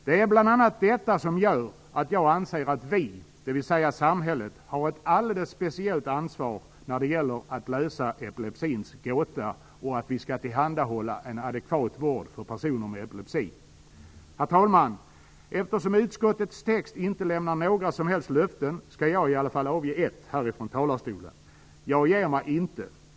Det är bl.a. detta som gör att jag anser att vi, dvs. samhället, har ett alldeles speciellt ansvar när det gäller att lösa epilepsins gåta och att vi skall tillhandahålla en adekvat vård för personer med epilepsi. Herr talman! Eftersom utskottets text inte ger några som helst löften skall jag i alla fall avge ett härifrån talarstolen: Jag ger mig inte.